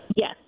Yes